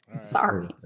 sorry